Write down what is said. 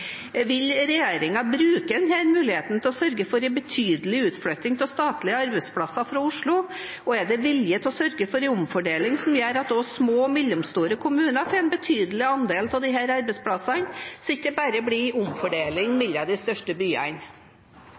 Vil regjeringen bruke denne muligheten til å sørge for en betydelig utflytting av statlige arbeidsplasser fra Oslo, og er det vilje til å sørge for en omfordeling som gjør at også små og mellomstore kommuner får en betydelig andel av de arbeidsplassene, slik at det ikke bare blir omfordeling mellom de største byene?